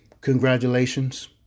congratulations